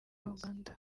uganda